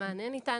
המענה ניתן